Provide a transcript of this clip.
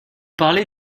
parlez